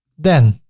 then